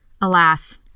Alas